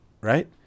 right